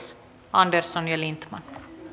andersson ja lindtman arvoisa